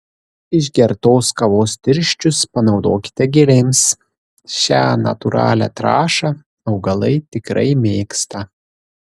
išgertos kavos tirščius panaudokite gėlėms šią natūralią trąšą augalai tikrai mėgsta